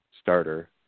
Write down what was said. starter